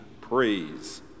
praise